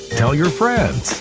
tell your friends.